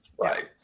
right